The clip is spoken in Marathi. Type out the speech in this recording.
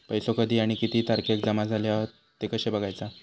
पैसो कधी आणि किती तारखेक जमा झाले हत ते कशे बगायचा?